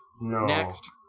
Next